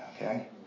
okay